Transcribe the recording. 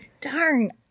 Darn